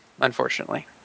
unfortunately